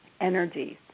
energies